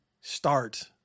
start